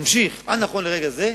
נמשך נכון לרגע זה,